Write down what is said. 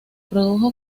produjo